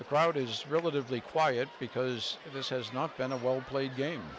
the crowd is relatively quiet because this has not been a well played game